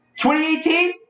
2018